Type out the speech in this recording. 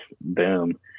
boom